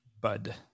bud